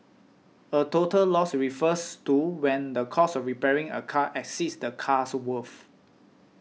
a total loss refers to when the cost of repairing a car exceeds the car's worth